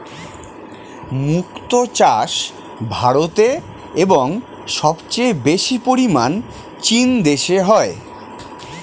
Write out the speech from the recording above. মুক্ত চাষ ভারতে এবং সবচেয়ে বেশি পরিমাণ চীন দেশে হয়